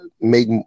make